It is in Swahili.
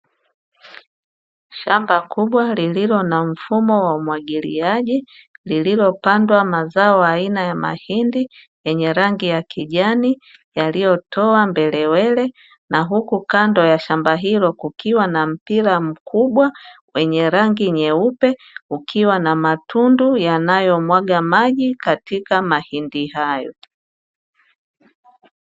Shamba kubwa lililo na mfumo wa umwagiliaji, lililopandwa mazao aina ya mahindi yenye rangi ya kijani, yaliyotoa mbelewele na huku kando ya shamba hilo kukiwa na mpira mkubwa wenye rangi nyeupe, ukiwa na matundu yanayomwaga maji katika mahindi hayo.